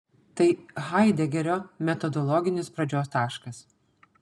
tai haidegerio metodologinis pradžios taškas